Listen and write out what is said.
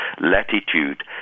latitude